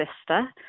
sister